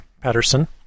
Patterson